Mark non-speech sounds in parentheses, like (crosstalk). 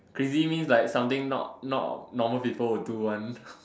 crazy means like something not not normal people will do one (breath)